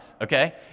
okay